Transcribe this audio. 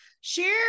Share